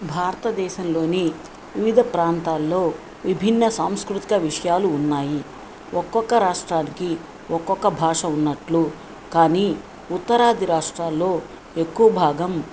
భారతదేశంలోని వివిధ ప్రాంతాలలో విభిన్న సాంస్కృతిక విషయాలు ఉన్నాయి ఒక్కొక్క రాష్ట్రానికి ఒక్కొక్క భాష ఉన్నట్లు కానీ ఉత్తరాది రాష్ట్రాలలో ఎక్కువ భాగం